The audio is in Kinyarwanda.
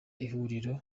ihuriro